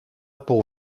pour